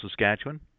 Saskatchewan